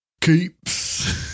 Keeps